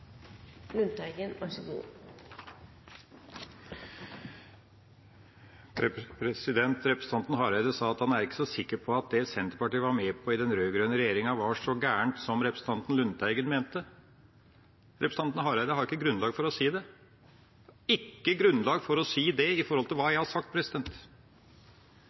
Representanten Hareide sa at han ikke er så sikker på at det Senterpartiet var med på i den rød-grønne regjeringa, var så galt som representanten Lundteigen mente. Representanten Hareide har ikke grunnlag for å si det – ikke grunnlag for å si det i forhold til hva jeg har sagt.